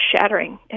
shattering